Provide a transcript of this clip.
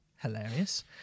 hilarious